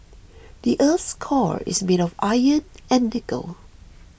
the earth's core is made of iron and nickel